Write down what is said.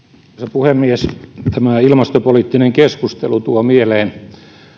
puhemies tämä ilmastopoliittinen keskustelu tuo mieleen